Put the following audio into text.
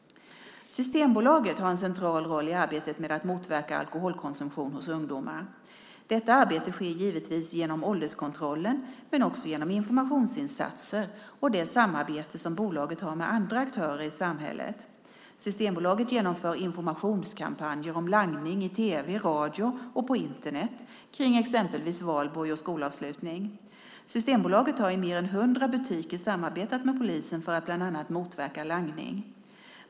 Systembolaget har en central roll i arbetet med att motverka alkoholkonsumtion hos ungdomar. Detta arbete sker givetvis genom ålderskontrollen, men också genom informationsinsatser och det samarbete bolaget har med andra aktörer i samhället. Systembolaget genomför informationskampanjer om langning i tv, radio och på Internet kring exempelvis Valborg och skolavslutning. Systembolaget har i mer än hundra butiker samarbete med polisen för att bland annat motverka langning.